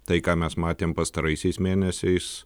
tai ką mes matėm pastaraisiais mėnesiais